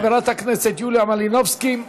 חברת הכנסת יוליה מלינובסקי,